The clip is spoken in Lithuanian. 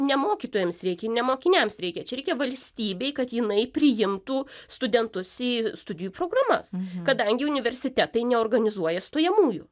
ne mokytojams reikia ne mokiniams reikia čia reikia valstybei kad jinai priimtų studentus į studijų programas kadangi universitetai neorganizuoja stojamųjų